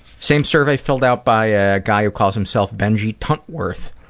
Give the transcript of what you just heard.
same survey filled out by a guy who calls himself benjy tutworth